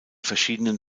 verschiedenen